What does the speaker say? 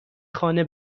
خانه